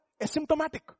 asymptomatic